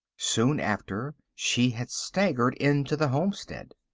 soon after she had staggered into the homestead.